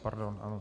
Pardon...